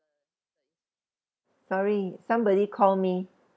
sorry somebody call me